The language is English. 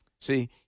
See